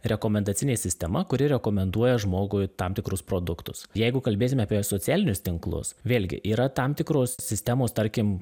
rekomendacinė sistema kuri rekomenduoja žmogui tam tikrus produktus jeigu kalbėsime apie socialinius tinklus vėlgi yra tam tikros sistemos tarkim